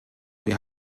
wir